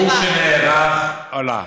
מבירור שנערך עלה,